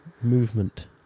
movement